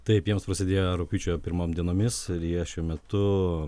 taip jiems prasidėjo rugpjūčio pirmom dienomis ir jie šiuo metu